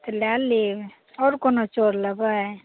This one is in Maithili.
तऽ लऽ लेब आओर कोनो चाउर लेबै